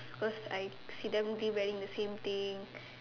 cause I see them keep wearing the same thing